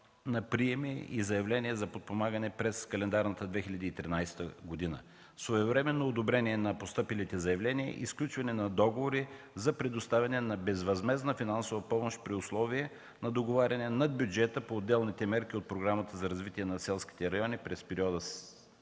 на приеми и заявления за подпомагане през календарната 2013 г., своевременно одобрение на постъпилите заявления и сключване на договори за предоставяне на безвъзмездна финансова помощ при условия на договаряне на бюджета по отделните мерки на Програмата за развитие на селските райони през периода